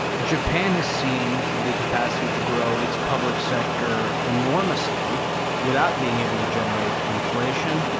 japan has seen the capacity to grow its public sector enormously without being able to generate inflation.